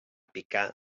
picar